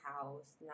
house